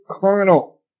colonel